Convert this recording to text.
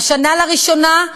השנה, לראשונה,